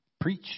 Preach